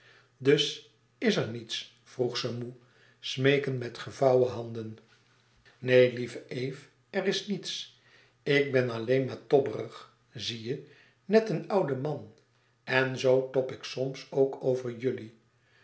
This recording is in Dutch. dus is er niets vroeg ze moê smeekend met gevouwen handen neen lieve eve er is niets ik ben alleen maar tobberig zie je net een oude man en zoo tob ik soms ook over jullie